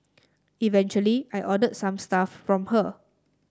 eventually I ordered some stuff from her